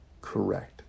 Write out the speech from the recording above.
correct